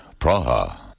Praha